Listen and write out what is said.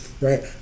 right